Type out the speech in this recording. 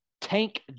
tank